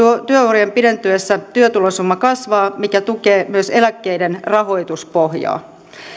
työurien pidentyessä työtulosumma kasvaa mikä tukee myös eläkkeiden rahoituspohjaa